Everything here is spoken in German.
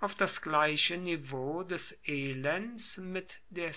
auf das gleiche niveau des elends mit der